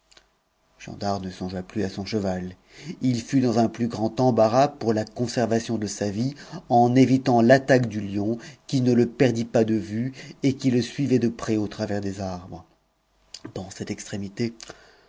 wondar ne songea plus à son chevat il fut dans un plus grand empour la conservation de sa vie en évitant l'attaque du lion qui s perdit pas de vue et qui le suivait de près au travers des arbres cette extrémité